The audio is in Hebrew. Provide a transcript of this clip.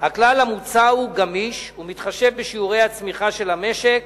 הכלל המוצע הוא גמיש ומתחשב בשיעורי הצמיחה של המשק